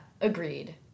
agreed